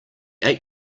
ate